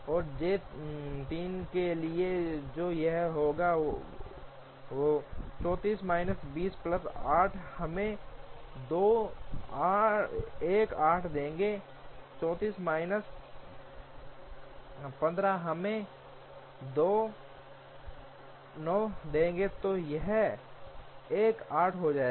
और जे 3 के लिए जो यहाँ है ३४ माइनस १० प्लस 8 हमें १ 8 देंगे ३४ माइनस १५ हमें १ ९ देंगे तो यह १ 8 हो जाएगा